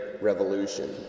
Revolution